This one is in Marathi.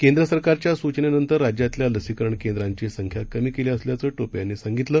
केंद्रसरकारच्यासूचनेनंतरराज्यातल्यालसीकरणकेंद्राचीसंख्याकमीकेलीअसल्याचंटोपे यांनीसांगितलं